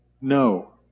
No